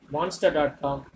Monster.com